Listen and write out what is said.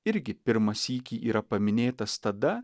irgi pirmą sykį yra paminėtas tada